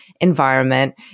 environment